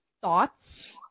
thoughts